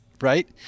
Right